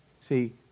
See